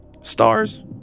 Stars